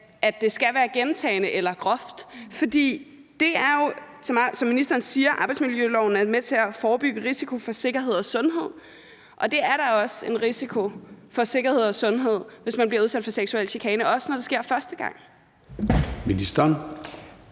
at det skal være gentagne gange eller groft? For som ministeren siger, er arbejdsmiljøloven med til at forebygge risiko for sikkerhed og sundhed, og det er da også en risiko for sikkerhed og sundhed, hvis man bliver udsat for seksuel chikane, også når det sker første gang. Kl.